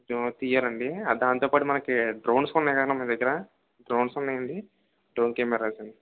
కొంచెం తీయాలండి దానితో పాటు మనకి డ్రోన్స్ ఉన్నాయండి మీ దగ్గర డ్రోన్స్ ఉన్నాయండి డ్రోన్ కెమెరాస్ అండి